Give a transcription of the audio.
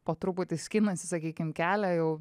po truputį skinasi sakykim kelią jau